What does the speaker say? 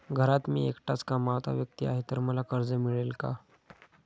घरात मी एकटाच कमावता व्यक्ती आहे तर मला कर्ज मिळेल का?